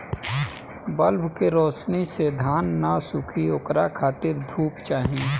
bulb के रौशनी से धान न सुखी ओकरा खातिर धूप चाही